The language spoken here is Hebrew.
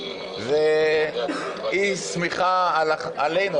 זה אי סמיכה עלינו,